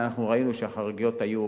כמובן, ראינו שהחריגות היו